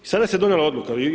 I sada se donijela odluka.